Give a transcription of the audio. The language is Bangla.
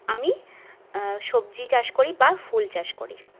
আমি সবজি চাষ করি বা ফুল চাষ করি